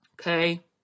okay